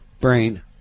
Brain